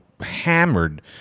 hammered